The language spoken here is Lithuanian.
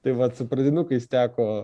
tai vat su pradinukais teko